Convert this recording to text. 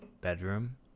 bedroom